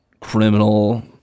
criminal